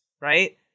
right